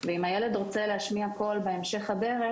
ואם הילד רוצה להשמיע קול בהמשך הדרך